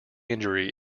injury